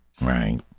right